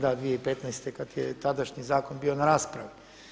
Da, 2015. kad je tadašnji zakon bio na raspravi.